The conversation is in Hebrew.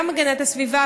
גם הגנת הסביבה,